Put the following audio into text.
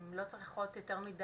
הן לא צריכות יותר מידי